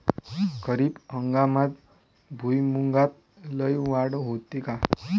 खरीप हंगामात भुईमूगात लई वाढ होते का?